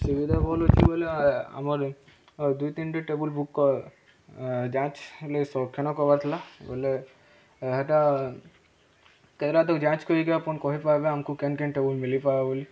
ସୁବିଧା ଭଲ୍ ଅଛି ବୋଲେ ଆମର ଦୁଇ ତିନଟି ଟେବୁଲ ବୁକ୍ ଯାଞ୍ଚ ଲାଗି ସଂରକ୍ଷଣ କରବାର ଥିଲା ବୋଲେ ହେଟା କେନ ତ ଯାଞ୍ଚ କରିକି ଆପଣ କହିପାରିବେ ଆମକୁ କେନ୍ କେନ୍ ଟେବୁଲ୍ ମିଲିପାରବା ବୋଲି